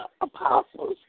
apostles